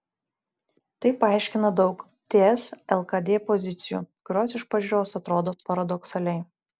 tai paaiškina daug ts lkd pozicijų kurios iš pažiūros atrodo paradoksaliai